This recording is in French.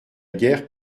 guerre